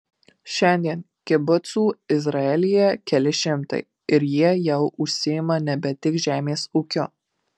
šiandien kibucų izraelyje keli šimtai ir jie jau užsiima nebe tik žemės ūkiu